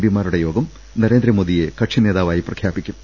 പിമാരുടെ യോഗം നരേന്ദ്രമോ ദിയെ കക്ഷിനേതാവായി പ്രഖ്യാപിക്കും